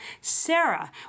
Sarah